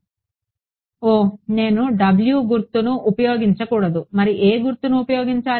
ఓహ్ నేను w గుర్తును ఉపయోగించకూడదు మరి ఏ గుర్తుని ఉపయోగించాలి